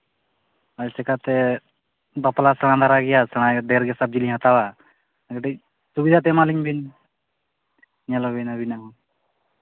ᱟᱨ ᱪᱤᱠᱟ ᱛᱮ ᱵᱟᱯᱞᱟ ᱫᱚ ᱦᱟᱸᱜ ᱫᱟᱨᱟᱭ ᱜᱮᱭᱟ ᱰᱷᱮᱨ ᱜᱮ ᱥᱚᱵᱽᱡᱤ ᱞᱤᱧ ᱦᱟᱛᱟᱣᱟ ᱠᱟᱹᱴᱤᱡ ᱥᱩᱵᱤᱫᱷᱟ ᱛᱮ ᱮᱢᱟ ᱞᱤᱧ ᱵᱤᱱ ᱧᱮᱞᱟᱹᱵᱤᱱ ᱟᱹᱵᱤᱱᱟᱜ ᱦᱚᱸ